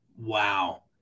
Wow